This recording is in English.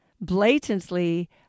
blatantly